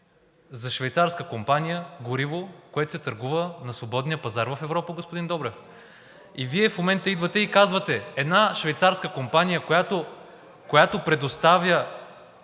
за швейцарска компания гориво, което се търгува на свободния пазар в Европа, господин Добрев. И Вие в момента идвате и казвате: една швейцарска компания, която предоставя